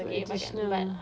additional lah